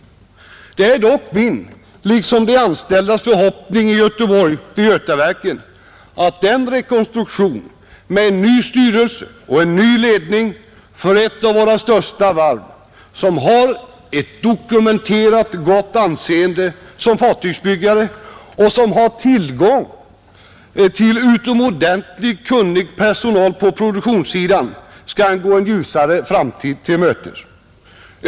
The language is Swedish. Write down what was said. Det är dock min och de anställdas förhoppning att Götaverken efter denna rekonstruktion med en ny styrelse och ny ledning som ett av våra största varv med ett dokumenterat gott anseende som fartygsbyggare och med tillgång till utomordentligt kunnig personal på produktionssidan skall gå en ljusare framtid till mötes.